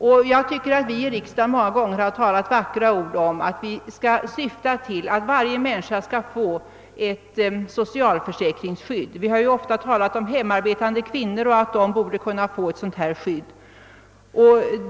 I riksdagen har vi många gånger talat om att vi bör sträva efter att varje människa skall få ett socialförsäkringsskydd. Vi har ofta talat om hemarbetande kvinnor och om att de borde få ett sådant skydd.